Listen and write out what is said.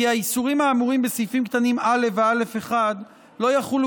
כי האיסורים האמורים בסעיפים קטנים (א) ו-(א1) לא יחולו